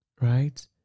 right